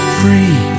free